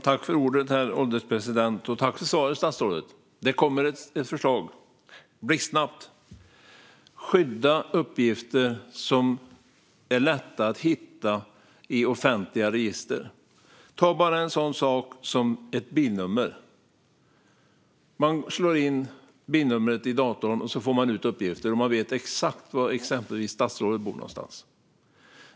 Herr ålderspresident! Tack för svaret, statsrådet! Här kommer ett förslag, blixtsnabbt: Skydda uppgifter som är lätta att hitta i offentliga register! Ta bara en sådan sak som ett bilnummer. Man slår in bilnumret i datorn och får ut uppgifter, och då vet man exakt var exempelvis statsrådet bor någonstans.